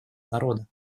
народа